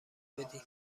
بدی